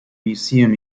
museum